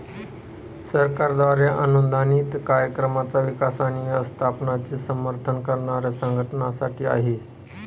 सरकारद्वारे अनुदानित कार्यक्रमांचा विकास आणि व्यवस्थापनाचे समर्थन करणाऱ्या संघटनांसाठी आहे